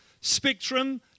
spectrum